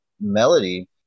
melody